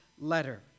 letter